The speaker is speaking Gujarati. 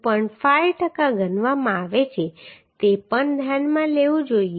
5 ટકા ગણવામાં આવે છે તે પણ ધ્યાનમાં લેવું જોઈએ